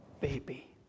baby